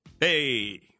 Hey